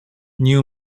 new